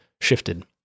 shifted